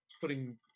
putting